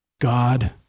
God